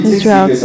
Israel